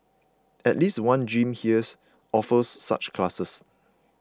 at least one gym here offers such classes